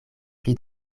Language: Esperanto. pli